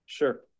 Sure